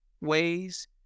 ways